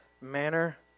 manner